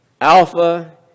Alpha